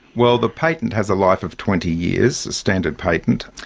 well, the patent has a life of twenty years, a standard patent.